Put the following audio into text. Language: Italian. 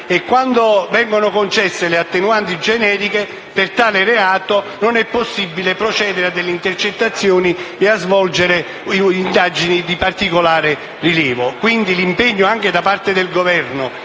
e quando vengono concesse le attenuanti generiche per tale reato non è possibile procedere ad intercettazioni e svolgere indagini di particolare rilievo. L'impegno da parte del Governo